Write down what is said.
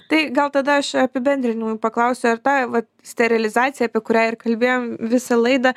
tai gal tada aš apibendrinimui paklausiu ar ta vat sterilizacija apie kurią ir kalbėjom visą laidą